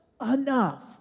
enough